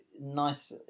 nice